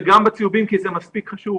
וגם בצהובים כי זה מספיק חשוב,